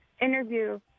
interview